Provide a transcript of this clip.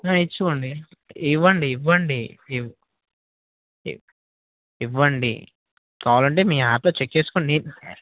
ఇచ్చకోండి ఇవ్వండి ఇవ్వండి ఇవ్ ఇవ్వండి కావాలంటే మీ యాప్లో చెక్ చేసుకుని